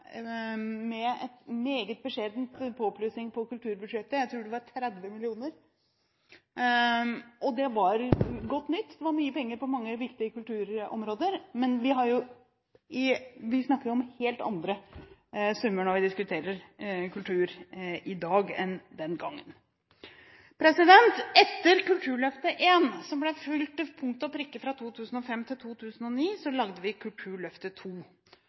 med en meget beskjeden påplussing på kulturbudsjettet – jeg tror det var 30 mill. kr – og det var godt nytt. Det var mye penger på mange viktige kulturområder. Men vi snakker om helt andre summer når vi diskuterer kultur i dag enn vi gjorde den gangen. Etter Kulturløftet I, som ble fulgt til punkt og prikke fra 2005 til 2009, lagde vi Kulturløftet